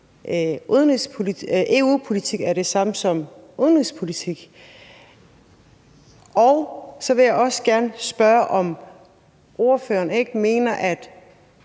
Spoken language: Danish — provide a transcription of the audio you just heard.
EU-politik er det samme som udenrigspolitik. Så vil jeg også gerne spørge, om ordføreren ikke mener, at